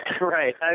right